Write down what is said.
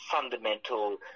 fundamental